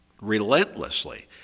relentlessly